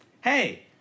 hey